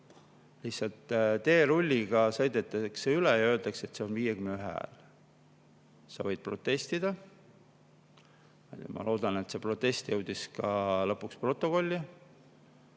Lihtsalt teerulliga sõideti üle ja öeldi, et see on 51 hääle [eelnõu]. Võib protestida. Ma loodan, et see protest jõudis ka lõpuks protokolli.